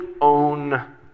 own